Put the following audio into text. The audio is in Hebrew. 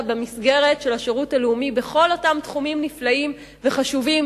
במסגרת של השירות הלאומי בכל אותם תחומים נפלאים וחשובים,